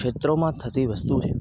ક્ષેત્રોમાં થતી વસ્તુ છે